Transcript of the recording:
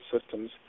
systems